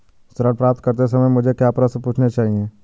ऋण प्राप्त करते समय मुझे क्या प्रश्न पूछने चाहिए?